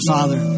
Father